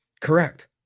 Correct